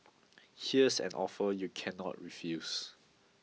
here's an offer you cannot refuse